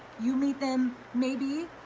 you meet them, maybe,